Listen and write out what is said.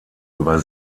über